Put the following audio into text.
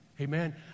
Amen